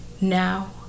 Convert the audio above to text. now